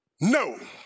No